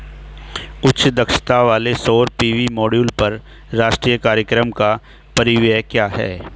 उच्च दक्षता वाले सौर पी.वी मॉड्यूल पर राष्ट्रीय कार्यक्रम का परिव्यय क्या है?